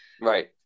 Right